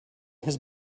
his